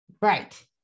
Right